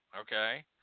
okay